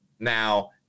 now